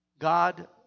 God